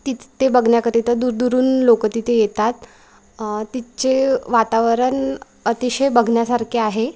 तिथं ते बघण्याकरिता दूरदूरून लोकं तिथे येतात तिथले वातावरण अतिशय बघण्यासारखे आहे